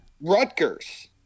Rutgers